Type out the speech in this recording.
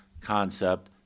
concept